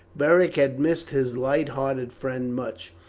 beric had missed his light hearted friend much,